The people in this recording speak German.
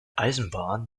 eisenbahn